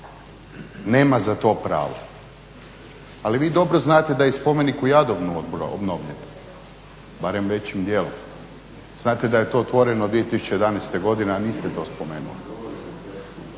Nema za to pravo. Ali vi dobro znate da je i spomenik … obnovljen, barem većim dijelom, znate da je to otvoreno 2011. godine, a niste to spomenuli.